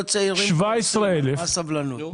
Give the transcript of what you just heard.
זוגות צעירים, מה סבלנות?